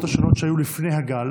מההגבלות השונות שהיו לפני הגל,